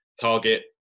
target